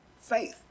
Faith